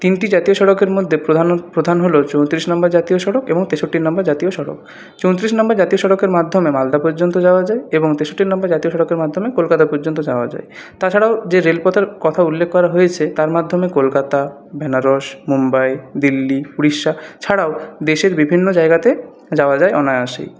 তিনটি জাতীয় সড়কের মধ্যে প্রধান প্রধান হল চৌত্রিশ নম্বর জাতীয় সড়ক এবং তেষট্টি নম্বর জাতীয় সড়ক চৌত্রিশ নম্বর জাতীয় সড়কের মাধ্যমে মালদা পর্যন্ত যাওয়া যায় এবং তেষট্টি নম্বর জাতীয় সড়কের মাধ্যমে কলকাতা পর্যন্ত যাওয়া যায় তা ছাড়াও যে রেলপথের কথা উল্লেখ করা হয়েছে তার মাধ্যমে কলকাতা বেনারস মুম্বাই দিল্লি উড়িষ্যা ছাড়াও দেশের বিভিন্ন জায়গাতে যাওয়া যায় অনায়াসেই